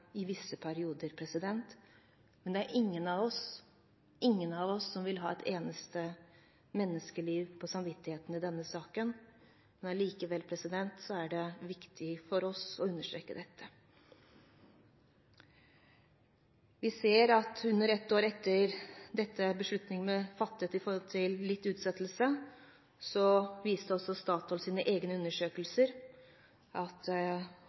i visse perioder, men det er ingen av oss som vil ha et eneste menneskeliv på samvittigheten i denne saken. Likevel er det viktig for oss å understreke dette. Vi ser at under ett år etter at beslutningen ble fattet med tanke på litt utsettelse, viste også Statoils egne undersøkelser at